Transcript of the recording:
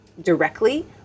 directly